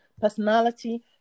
personality